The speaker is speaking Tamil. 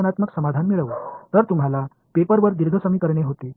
ஆரம்பகால ஆவணங்களைப் பார்த்தால் அந்த மனநிலை இன்னும் இருந்தது பகுப்பாய்வு தீர்வைப் பெறுவோம்